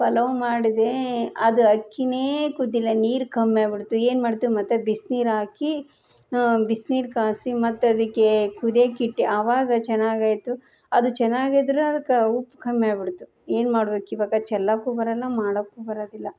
ಪಲಾವ್ ಮಾಡಿದೆ ಅದು ಅಕ್ಕಿಯೇ ಕುದ್ದಿಲ್ಲ ನೀರು ಕಮ್ಮಿಯಾಗಿಬಿಡ್ತು ಏನು ಮಾಡ್ತೀವಿ ಮತ್ತೆ ಬಿಸ್ನೀರು ಹಾಕಿ ಬಿಸ್ನೀರು ಕಾಯ್ಸಿ ಮತ್ತೆ ಅದಕ್ಕೆ ಕುದಿಯೋಕ್ಕಿಟ್ಟೆ ಆವಾಗ ಚೆನ್ನಾಗಾಯ್ತು ಅದು ಚೆನ್ನಾಗಿದ್ರೆ ಅದಕ್ಕೆ ಉಪ್ಪು ಕಮ್ಮಿಯಾಗಿಬಿಡ್ತು ಏನು ಮಾಡ್ಬೇಕು ಇವಾಗ ಚೆಲ್ಲಾಕೂ ಬರೋಲ್ಲ ಮಾಡಕ್ಕೂ ಬರೋದಿಲ್ಲ